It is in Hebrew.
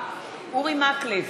אורי מקלב,